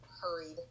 hurried